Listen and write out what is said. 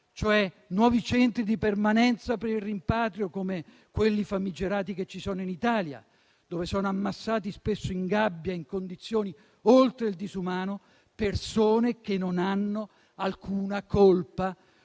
CPR, nuovi "centri di permanenza per il rimpatrio", come quelli famigerati che ci sono in Italia. Centri dove sono ammassate, spesso in gabbia, in condizioni oltre il disumano, persone che non hanno alcuna colpa,